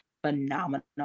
Phenomenal